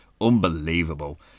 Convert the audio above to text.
Unbelievable